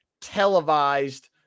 televised